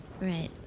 Right